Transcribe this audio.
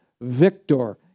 Victor